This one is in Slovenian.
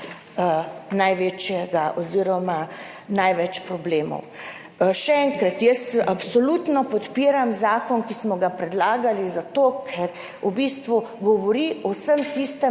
vi iskali največ problemov. Še enkrat. Jaz absolutno podpiram zakon, ki smo ga predlagali, zato ker v bistvu govori o vsem tistem,